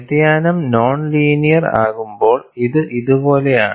വ്യതിയാനം non linear ആകുമ്പോൾ ഇത് ഇതുപോലെയാണ്